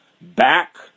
back